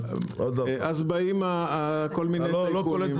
ואז באים כל מיני טייקונים וקונים את הכל.